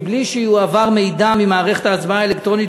בלי שיועבר מידע אל מערכת ההצבעה האלקטרונית